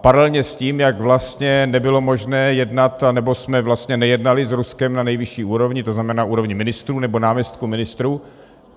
Paralelně s tím, jak vlastně nebylo možné jednat, nebo jsme vlastně nejednali s Ruskem na nejvyšší úrovni, to znamená úrovni ministrů nebo náměstků ministrů,